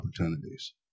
opportunities